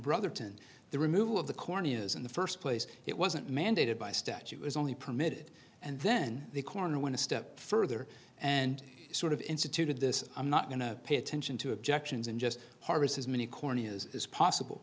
brotherton the removal of the corneas in the first place it wasn't mandated by statute was only permitted and then the coroner went to step further and sort of instituted this i'm not going to pay attention to objections and just harvest as many corneas as possible